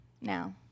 now